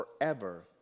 forever